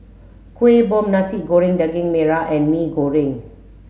Kuih Bom Nasi Goreng Gaging Merah and Mee Goreng